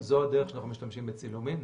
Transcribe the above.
נכון, זו הדרך שאנחנו משתמשים בצילומים.